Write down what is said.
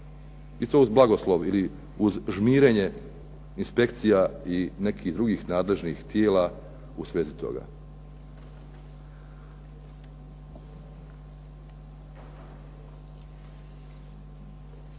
i to uz blagoslov ili uz žmirenje inspekcija i nekih drugih nadležnih tijela u svezi toga.